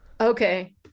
Okay